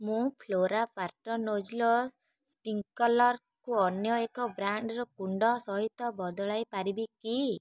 ମୁଁ flora pattern nozzle ସ୍ପ୍ରିଙ୍କ୍ଲର୍କୁ ଅନ୍ୟ ଏକ ବ୍ରାଣ୍ଡର କୁଣ୍ଡ ସହିତ ବଦଳାଇ ପାରିବି କି